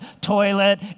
toilet